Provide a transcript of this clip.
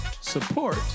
support